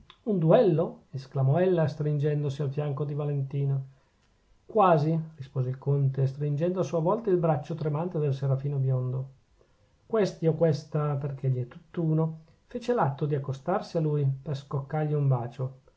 un duello esclamò ella stringendosi al fianco di valentino quasi rispose il conte stringendo a sua volta il braccio tremante del serafino biondo questi o questa perchè gli è tutt'uno fece l'atto di accostarsi a lui per scoccargli un bacio